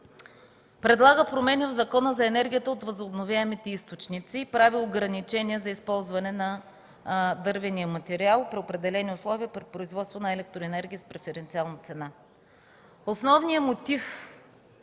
предлага промени в Закона за енергията от възобновяемите източници и прави ограничения за използване на дървения материал при определени условия при производство на електроенергия с преференциална цена. Основният мотив